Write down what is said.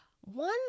one